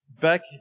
back